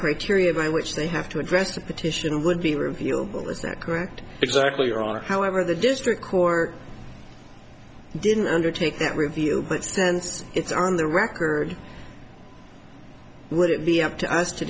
criteria by which they have to address the petition would be reviewable is that correct exactly are however the district court didn't undertake that review extends its on the record would it be up to us to